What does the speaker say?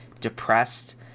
depressed